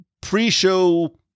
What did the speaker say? pre-show